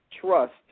trust